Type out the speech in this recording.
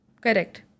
Correct